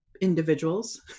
individuals